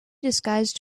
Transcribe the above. disguised